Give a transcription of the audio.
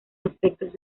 aspectos